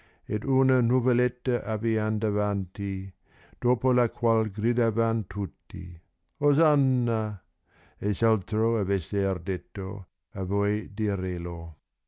ed una nuvoletta avean davanti dopo la qual grida van tutti osanna e s altro avesser detto a voi direlo